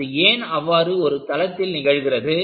இது ஏன் அவ்வாறு ஒரு தளத்தில் நிகழ்கிறது